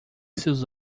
seus